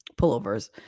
pullovers